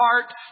heart